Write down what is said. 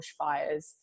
bushfires